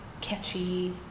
catchy